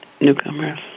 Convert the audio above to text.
newcomers